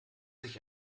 sich